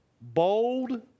bold